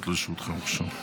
לרשותך, בבקשה.